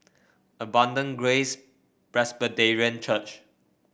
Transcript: Abundant Grace Presbyterian Church